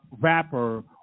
rapper